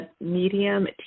medium